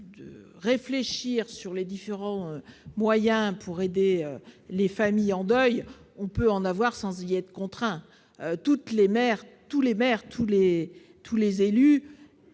de réfléchir sur les différents moyens pour aider les familles en deuil, on peut en avoir sans y être contraint, toutes les mères, tous les maires,